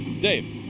dave?